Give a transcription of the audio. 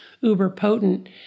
uber-potent